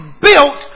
built